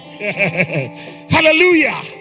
Hallelujah